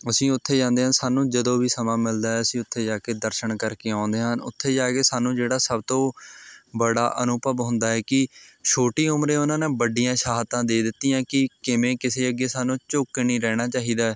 ਅਸੀਂ ਉੱਥੇ ਜਾਂਦੇ ਹਾਂ ਸਾਨੂੰ ਜਦੋਂ ਵੀ ਸਮਾਂ ਮਿਲਦਾ ਹੈ ਅਸੀਂ ਉੱਥੇ ਜਾ ਕੇ ਦਰਸ਼ਨ ਕਰਕੇ ਆਉਂਦੇ ਹਨ ਉੱਥੇ ਜਾ ਕੇ ਸਾਨੂੰ ਜਿਹੜਾ ਸਭ ਤੋਂ ਬੜਾ ਅਨੁਭਵ ਹੁੰਦਾ ਏ ਕਿ ਛੋਟੀ ਉਮਰੇ ਉਹਨਾਂ ਨੇ ਵੱਡੀਆਂ ਸ਼ਹਾਦਤਾਂ ਦੇ ਦਿੱਤੀਆਂ ਕਿ ਕਿਵੇਂ ਕਿਸੇ ਅੱਗੇ ਸਾਨੂੰ ਝੁੱਕ ਕੇ ਨਹੀਂ ਰਹਿਣਾ ਚਾਹੀਦਾ